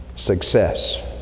success